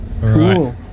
Cool